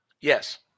yes